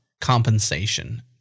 compensation